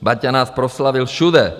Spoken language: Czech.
Baťa nás proslavil všude.